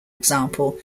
example